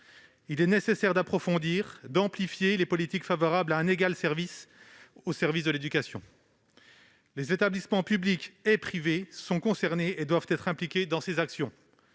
Il est nécessaire d'approfondir et d'amplifier les politiques favorables à un égal service en matière d'éducation. Les établissements publics et privés étant concernés, il est nécessaire qu'ils soient impliqués dans ces actions.